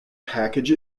package